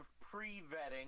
pre-vetting